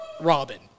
Robin